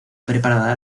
preparada